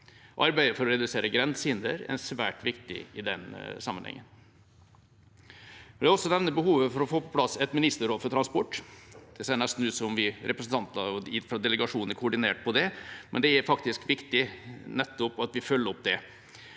Arbeidet for å redusere grensehinder er svært viktig i den sammenhengen. Jeg vil også nevne behovet for å få på plass et ministerråd for transport. Det ser nesten ut til at representantene i delegasjonen er koordinert når det gjelder det, og det er viktig at vi følger opp